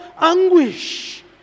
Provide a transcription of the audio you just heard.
anguish